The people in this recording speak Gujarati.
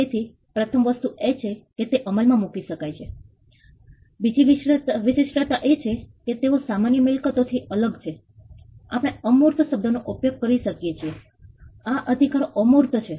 તેથી પ્રથમ વસ્તુ એ છે કે તે અમલમાં મૂકી શકાય તેવી છે બીજી વિશિષ્ટતા એ છે કે તેઓ સામાન્ય મિલકતો થી અલગ છે આપણે અમૂર્ત શબ્દનો ઉપયોગ કરી શકીએ છીએ આ અધિકારો અમૂર્ત છે